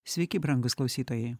sveiki brangūs klausytojai